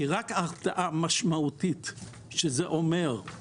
כי רק התרעה משמעותית - שזה אומר,